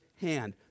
hand